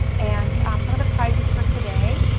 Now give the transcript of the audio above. and um some of the prizes for today,